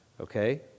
okay